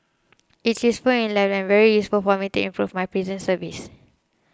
it's useful in life and very useful for me to improve my prison service